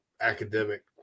academic